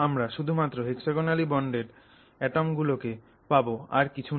আমরা শুধু মাত্র hexagonally bonded কার্বন অ্যাটম গুলোকে পাবো আর কিছু না